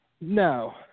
no